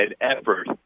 effort